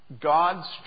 God's